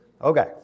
Okay